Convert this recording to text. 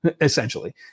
essentially